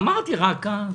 יואב,